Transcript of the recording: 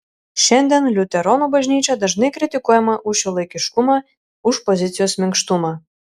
šiandien liuteronų bažnyčia dažnai kritikuojama už šiuolaikiškumą už pozicijos minkštumą